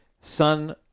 sun